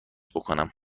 بکنم